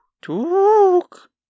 took